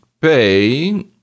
pay